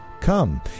Come